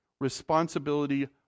responsibility